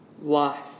life